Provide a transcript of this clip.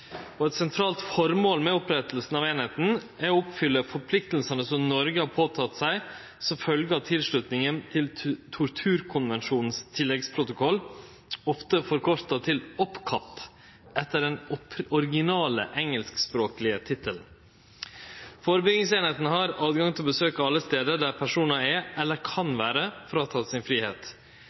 og eit sentralt føremål med opprettinga av eininga er å oppfylle forpliktingane som Noreg har teke på seg som følgje av tilslutninga til Torturkonvensjonens tilleggsprotokoll, ofte forkorta til OPCAT, etter den originale, engelskspråklege tittelen. Førebyggingseininga har rett til å besøkje alle stader der personar er, eller kan vere, fråtekne fridommen sin.